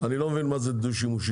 אני לא מבין מה זה דו שימושי.